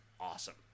awesome